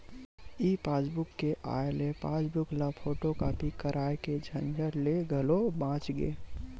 ई passbook के आए ले पासबूक ल फोटूकापी कराए के झंझट ले घलो बाच गे